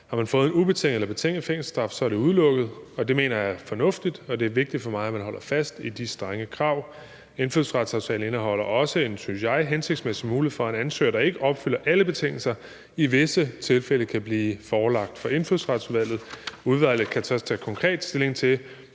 Har man fået en ubetinget eller betinget fængselsstraf, er det udelukket. Det mener jeg er fornuftigt, og det er vigtigt for mig, at man holder fast i de strenge krav. Indfødsretsaftalen indeholder også en, synes jeg, hensigtsmæssig mulighed for, at en ansøger, der ikke opfylder alle betingelser, i visse tilfælde kan blive forelagt for Indfødsretsudvalget. Udvalget kan så tage konkret stilling til,